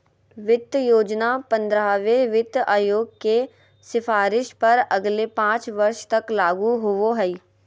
वित्त योजना पंद्रहवें वित्त आयोग के सिफारिश पर अगले पाँच वर्ष तक लागू होबो हइ